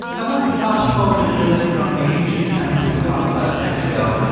i wanted to fast-forward a little bit from the ancient times we were talking about a second ago.